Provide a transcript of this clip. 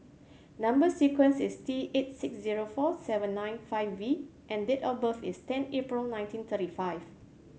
number sequence is T eight six zero four seven nine five V and date of birth is ten April nineteen thirty five